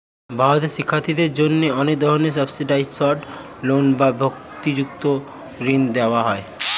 ভারতে শিক্ষার্থীদের জন্য অনেক ধরনের সাবসিডাইসড লোন বা ভর্তুকিযুক্ত ঋণ দেওয়া হয়